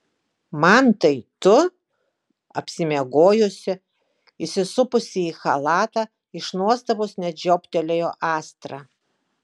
mantai tu apsimiegojusi įsisupusi į chalatą iš nuostabos net žioptelėjo astra